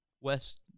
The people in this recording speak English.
West –